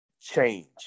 change